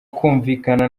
kumvikana